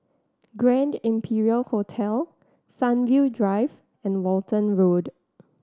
Grand Imperial Hotel Sunview Drive and Walton Road